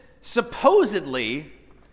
supposedly